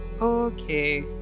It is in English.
Okay